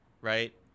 right